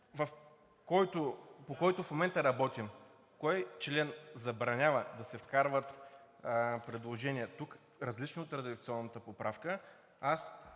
работим в момента, кой член забранява да се вкарват предложения тук, различни от редакционната поправка,